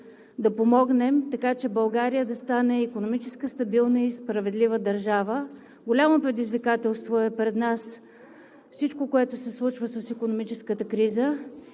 да помогнем, така че България да стане икономически стабилна и справедлива държава. Голямо предизвикателство е пред нас всичко, което се случва с икономическата криза,